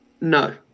No